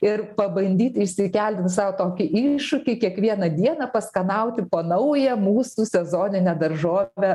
ir pabandyti išsikelti sau tokį iššūkį kiekvieną dieną paskanauti po naują mūsų sezoninę daržovę